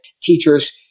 teachers